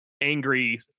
angry